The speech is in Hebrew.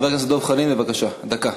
חבר הכנסת דב חנין, בבקשה, דקה.